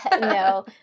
No